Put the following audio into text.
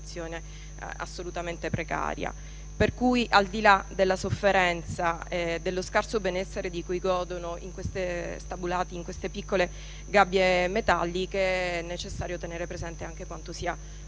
Per cui, al di là della sofferenza e dello scarso benessere di cui godono in queste piccole gabbie metalliche, è necessario tenere presente anche quanto sia pressante